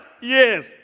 Yes